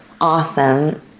awesome